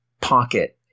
pocket